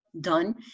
done